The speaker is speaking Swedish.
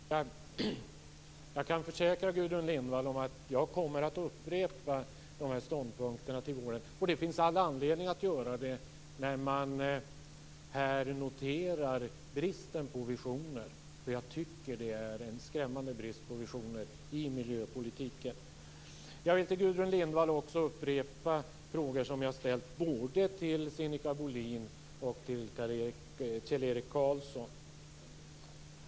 Fru talman! Jag kan försäkra Gudrun Lindvall om att jag kommer att upprepa dessa ståndpunkter till våren. Det finns all anledning att göra det när man noterar bristen på visioner. Jag tycker att det är en skrämmande brist på visioner i miljöpolitiken. Jag vill till Gudrun Lindvall också upprepa frågor som jag har ställt både till Sinikka Bohlin och till Kjell-Erik Karlsson.